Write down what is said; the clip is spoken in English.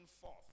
forth